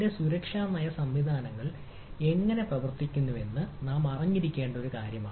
എന്റെ സുരക്ഷാ നയ സംവിധാനങ്ങൾ എങ്ങനെ പ്രവർത്തിക്കുന്നുവെന്ന് നാം അറിഞ്ഞിരിക്കേണ്ട ഒരു കാര്യം